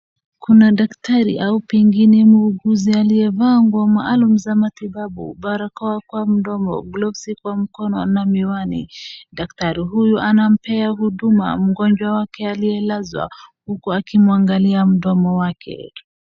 Kuna daktari au pengine muuguzi aliyevaa nguo maalum za matibabu, barakoa kwa mdomo, glovsi kama mkono na miwani. Daktari huyo anampea huduma mgonjwa wake aliyelazwa, huku akimwamngalia mdomo wake.